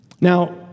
Now